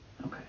Okay